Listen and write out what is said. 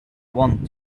want